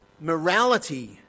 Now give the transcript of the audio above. morality